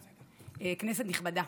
פה, כנסת נכבדה,